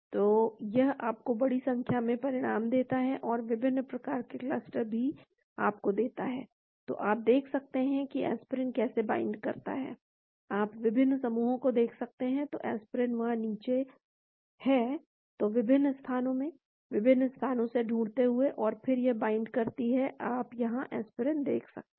तो यह आपको बड़ी संख्या में परिणाम देता है और विभिन्न क्लस्टर भी आपको देता है तो आप देख सकते हैं कि एस्पिरिन कैसे बाइंड करता है आप विभिन्न समूहों को देख सकते हैं तो एस्पिरिन वहाँ नीचे हैं तो विभिन्न स्थानों में स्थानों से शुरू करते हुए और फिर यह बाइंड करती है आप यहां एस्पिरिन देख सकते हैं